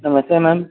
नमस्ते मैम